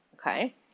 okay